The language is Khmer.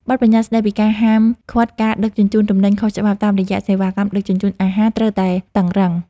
បទប្បញ្ញត្តិស្ដីពីការហាមឃាត់ការដឹកជញ្ជូនទំនិញខុសច្បាប់តាមរយៈសេវាកម្មដឹកជញ្ជូនអាហារត្រូវតែតឹងរ៉ឹង។